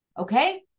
Okay